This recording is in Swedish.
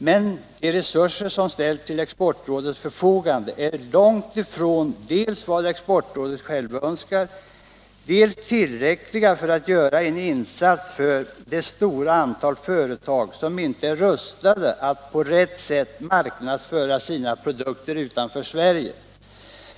Men de resurser som ställs till Exportrådets förfogande är långt ifrån vad rådet självt önskar, och dessutom är de otillräckliga för att göra en insats för det stora antal företag som inte är rustade att på rätt sätt marknadsföra sina produkter utanför Sverige.